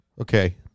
okay